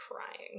crying